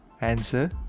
Answer